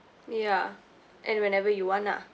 yeah and whenever you want ah